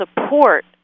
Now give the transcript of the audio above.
support